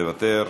מוותר,